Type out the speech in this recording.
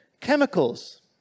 chemicals